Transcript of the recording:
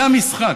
זה המשחק.